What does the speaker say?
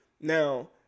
Now